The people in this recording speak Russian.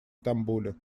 стамбуле